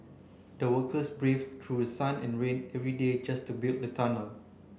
the workers brave through sun and rain every day just to build the tunnel